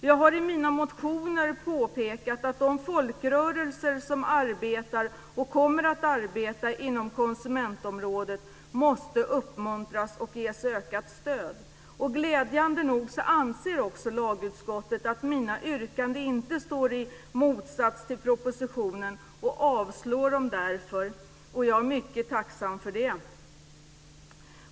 Jag har i mina motioner påpekat att de folkrörelser som arbetar och kommer att arbeta inom konsumentområdet måste uppmuntras och ges ökat stöd. Glädjande nog anser lagutskottet också att mina yrkanden inte står i motsats till propositionen och avstyrker därför dessa. Jag är mycket tacksam för det.